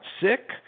sick